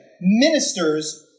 ministers